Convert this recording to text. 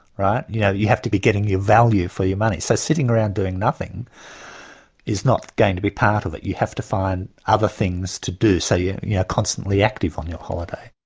right? you know, you have to be getting your value for your money. so sitting around doing nothing is not going to be part of it. you have to find other things to do, so yeah you're constantly active on your holiday.